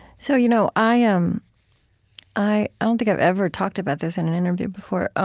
so, you know i um i don't think i've ever talked about this in an interview before. ah